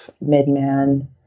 mid-man